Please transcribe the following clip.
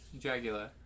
Dragula